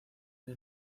dio